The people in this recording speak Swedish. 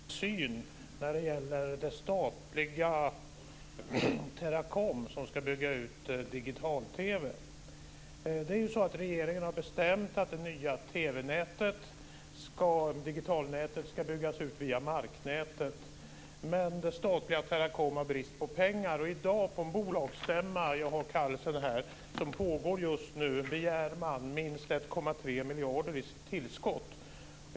Herr talman! Jag skulle vilja ställa en fråga till finansministern om hans helhetssyn när det gäller det statliga Teracom, som ska bygga ut digital-TV. Regeringen har ju bestämt att det nya TV-nätet, digitalnätet, ska byggas ut via marknätet. Men det statliga Teracom har brist på pengar. I dag, på en bolagsstämma som pågår just nu - jag har kallelsen här - begär man minst 1,3 miljarder i tillskott.